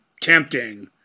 tempting